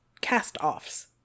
cast-offs